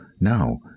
Now